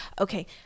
Okay